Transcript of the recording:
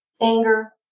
anger